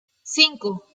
cinco